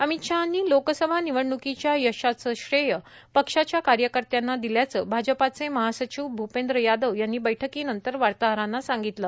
अमित शाहांनी लोकसभा निवडणुकीच्या यशाचं श्रेय पक्षाच्या कार्यकर्त्याना दिल्याचं भाजपचे महासचिव भ्पेंद्र यादव यांनी बैठकीनंतर वार्ताहरांना सांगितलं